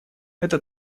это